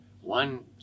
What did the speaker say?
one